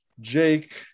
Jake